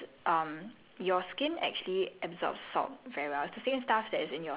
err people have been applying saline solution onto their skin right because um